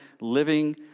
living